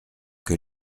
que